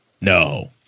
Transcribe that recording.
No